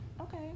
okay